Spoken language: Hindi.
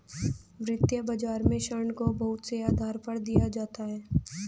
वित्तीय बाजार में ऋण को बहुत से आधार पर दिया जाता है